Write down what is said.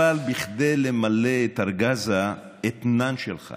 אבל בכדי למלא את ארגז האתנן שלך